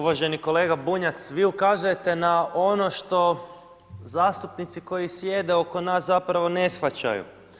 Uvaženi kolega Bunjac, vi ukazujete na ono što zastupnici koji sjede oko nas zapravo ne shvaćaju.